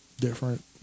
Different